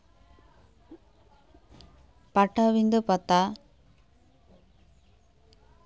ᱯᱟᱴᱟᱵᱤᱸᱫᱷᱟ ᱯᱟᱛᱟ